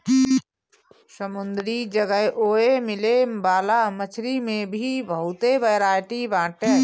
समुंदरी जगह ओए मिले वाला मछरी में भी बहुते बरायटी बाटे